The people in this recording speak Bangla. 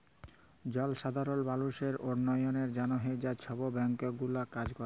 জলসাধারল মালুসের উল্ল্যয়লের জ্যনহে হাঁ ছব ব্যাংক গুলা কাজ ক্যরে